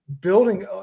building